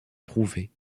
prouvée